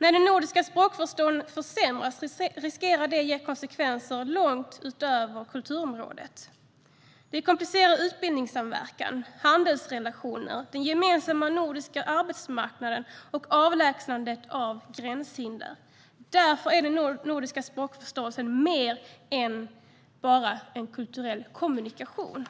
När den nordiska språkförståelsen försämras riskerar det få konsekvenser långt utöver kulturområdet. Det komplicerar utbildningssamverkan, handelsrelationer, den gemensamma nordiska arbetsmarknaden och avlägsnandet av gränshinder. Därför är den nordiska språkförståelsen mer än bara en kulturell kommunikation.